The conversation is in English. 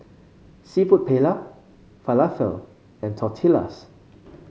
seafood Paella Falafel and Tortillas